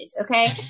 Okay